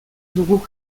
dugu